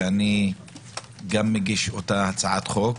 ואני גם מגיש את אותה הצעת החוק.